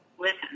listen